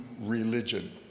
religion